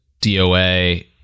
doa